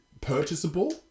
Purchasable